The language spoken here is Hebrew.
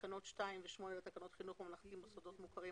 תקנות 2 ו-8 לתקנות חינוך ממלכתי (מוסדות מוכרים),